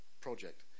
project